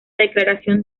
declaración